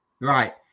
right